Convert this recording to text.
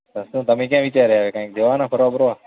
શું તમે ક્યાં વિચાર્યા હવે ક્યાંય જવાના ફરવા બરવા